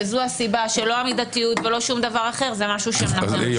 וזו הסיבה שלא המידתיות ולא שום דבר אחר זה משהו --- יוראי,